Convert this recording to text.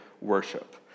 worship